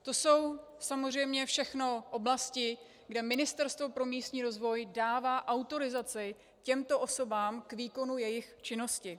To jsou samozřejmě všechno oblasti, kde Ministerstvo pro místní rozvoj dává autorizaci těmto osobám k výkonu jejich činnosti.